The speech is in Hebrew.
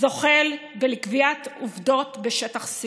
זוחל ולקביעת עובדות בשטח .C